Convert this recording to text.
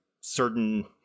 certain